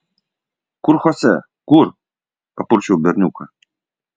kur chose kur papurčiau berniuką